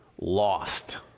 lost